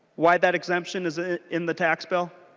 why that exemption is ah in the tax bill?